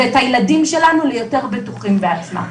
ואת הילדים שלנו ליותר בטוחים בעצמם.